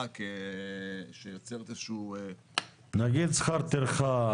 שיוצרת איזשהו --- נגיד שכר טרחה,